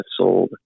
sold